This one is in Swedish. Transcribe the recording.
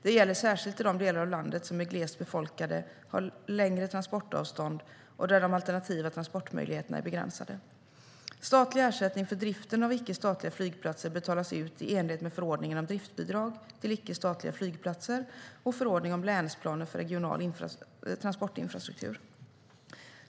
Det gäller särskilt i de delar av landet som är glest befolkade, har långa transportavstånd och där de alternativa transportmöjligheterna är begränsade. Statlig ersättning för driften av icke-statliga flygplatser betalas ut i enlighet med förordningen om driftbidrag till icke-statliga flygplatser och förordningen om länsplaner för regional transportinfrastruktur.